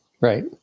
Right